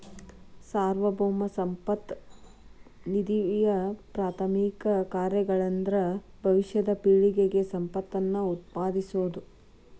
ಸಾರ್ವಭೌಮ ಸಂಪತ್ತ ನಿಧಿಯಪ್ರಾಥಮಿಕ ಕಾರ್ಯಗಳಂದ್ರ ಭವಿಷ್ಯದ ಪೇಳಿಗೆಗೆ ಸಂಪತ್ತನ್ನ ಉತ್ಪಾದಿಸೋದ